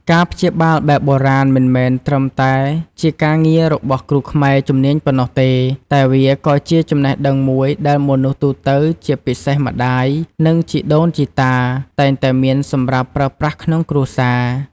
ការព្យាបាលបែបបុរាណមិនមែនត្រឹមតែជាការងាររបស់គ្រូខ្មែរជំនាញប៉ុណ្ណោះទេ តែវាក៏ជាចំណេះដឹងមួយដែល មនុស្សទូទៅ ជាពិសេសម្ដាយ និងជីដូនជីតា តែងតែមានសម្រាប់ប្រើប្រាស់ក្នុងគ្រួសារ។